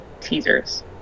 teasers